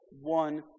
one